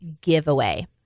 giveaway